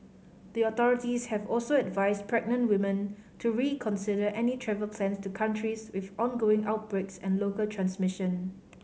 the authorities have also advised pregnant women to reconsider any travel plans to countries with ongoing outbreaks and local transmission